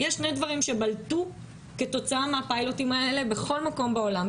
יש שני דברים שבלטו כתוצאה מהפיילוטים האלה בכל מקום בעולם,